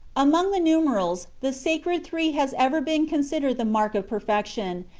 among the numerals the sacred three has ever been considered the mark of perfection,